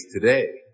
today